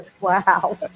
Wow